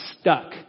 stuck